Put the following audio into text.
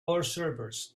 observers